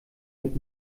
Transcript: mit